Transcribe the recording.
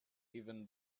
even